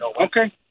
Okay